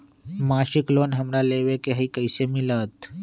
मासिक लोन हमरा लेवे के हई कैसे मिलत?